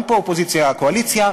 אין פה אופוזיציה קואליציה.